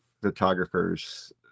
photographers